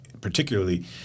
particularly